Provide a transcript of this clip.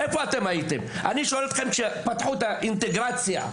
איפה הייתם כשפתחו בבתי ספר את תוכנית האינטגרציה?